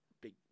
Big